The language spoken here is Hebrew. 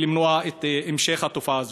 ולמנוע את המשך התופעה הזאת.